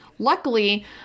Luckily